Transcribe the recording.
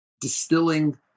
distilling